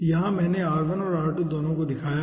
यहाँ मैंने r1 और r2 दोनों को दिखाया है